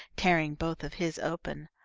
tearing both of his open.